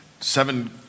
seven